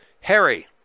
Harry